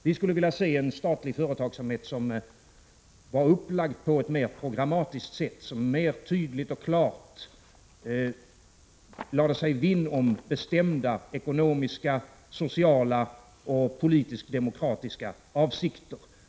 Vi skulle vilja se en statlig företagsamhet som var upplagd på ett mer programmatiskt sätt, som mer tydligt och klart lade sig vinn om bestämda ekonomiska, sociala och politiskt-demokratiska avsikter.